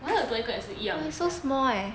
我还有多一个也是一样的 sia